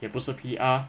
也不是 P_R